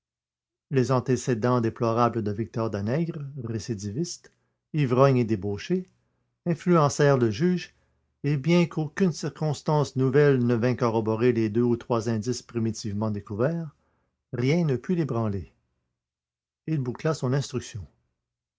les antécédents déplorables de victor danègre récidiviste ivrogne et débauché influencèrent le juge et bien qu'aucune circonstance nouvelle ne vînt corroborer les deux ou trois indices primitivement découverts rien ne put l'ébranler il boucla son instruction